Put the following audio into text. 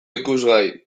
ikusgai